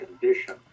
condition